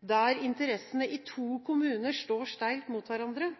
der interessene i to kommuner står steilt mot hverandre?